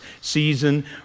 season